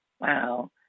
wow